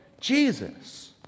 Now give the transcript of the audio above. Jesus